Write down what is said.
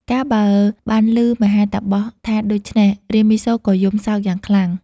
កាលបើបានឮមហាតាបសថាដូច្នេះ រាមាសូរក៏យំសោកយ៉ាងខ្លាំង។